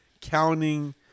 counting